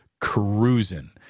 cruising